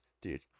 dude